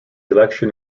election